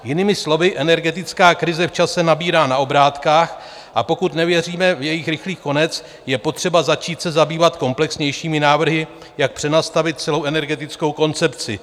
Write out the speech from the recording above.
Jinými slovy energetická krize v čase nabírá na obrátkách, a pokud nevěříme v její rychlý konec, je potřeba se začít zabývat komplexnějšími návrhy, jak přenastavit celou energetickou koncepci.